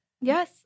Yes